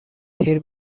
تیر